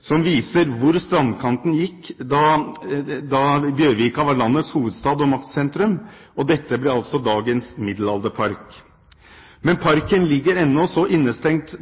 som viser hvor strandkanten gikk da Bjørvika var landets hovedstad og maktsentrum. Og dette ble altså dagens middelalderpark. Men parken ligger ennå så innestengt